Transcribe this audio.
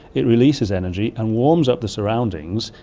it releases energy and warms up the surroundings,